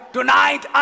Tonight